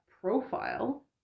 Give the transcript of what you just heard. profile